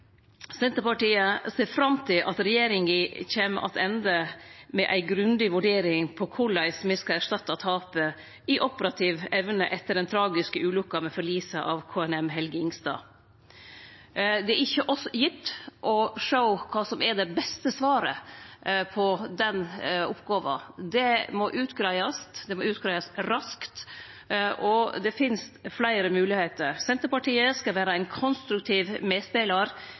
Senterpartiet ser fram til at regjeringa kjem attende med ei grundig vurdering av korleis me skal erstatte tapet i operativ evne etter den tragiske ulukka med forliset av KNM «Helge Ingstad». Det er ikkje gitt oss å sjå kva som er det beste svaret på den oppgåva. Det må utgreiast, det må utgreiast raskt, og det finst fleire moglegheiter. Senterpartiet skal vere ein konstruktiv medspelar